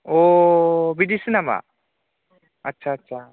अ बिदिसो नामा आस्सा आस्सा